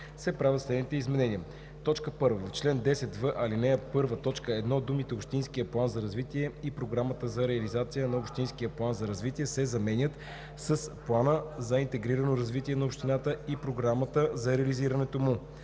се правят следните изменения: 1. В чл. 10в, ал. 1, т. 1 думите „общинския план за развитие и програмата за реализация на общинския план за развитие“ се заменят с „плана за интегрирано развитие на общината и програмата за реализирането му“.